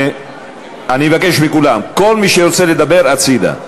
אני מבקש מכולם: כל מי שרוצה לדבר, הצדה.